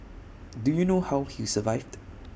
do you know how he survived